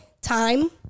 time